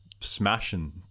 smashing